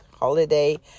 holiday